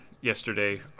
Yesterday